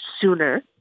sooner